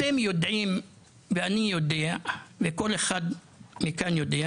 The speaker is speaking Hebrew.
אתם יודעים ואני וכל אחד יודע,